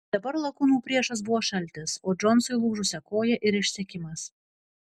dabar lakūnų priešas buvo šaltis o džonsui lūžusia koja ir išsekimas